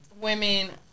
Women